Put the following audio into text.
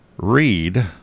Read